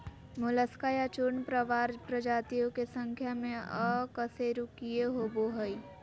Mollusca या चूर्णप्रावार प्रजातियों के संख्या में अकशेरूकीय होबो हइ